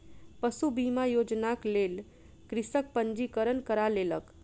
पशु बीमा योजनाक लेल कृषक पंजीकरण करा लेलक